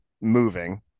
moving